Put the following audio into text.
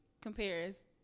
compares